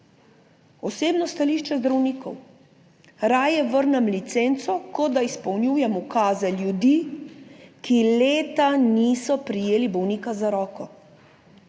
Osebno stališče zdravnikov, raje vrnem licenco, kot da izpolnjujem ukaze ljudi, ki leta niso prijeli bolnika za roko.